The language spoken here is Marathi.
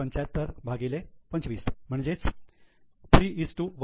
75 भागिले 25 म्हणजेच 31